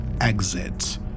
exit